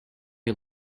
you